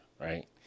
right